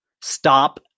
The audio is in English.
Stop